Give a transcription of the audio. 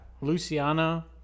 Luciana